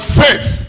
faith